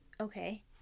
Okay